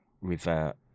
revert